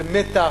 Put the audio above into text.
זה מתח.